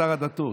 שר הדתות.